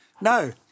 No